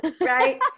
Right